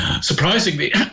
surprisingly